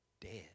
dead